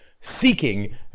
seeking